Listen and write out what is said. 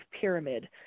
pyramid